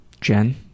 Jen